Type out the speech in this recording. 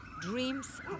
dreams